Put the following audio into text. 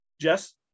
Jess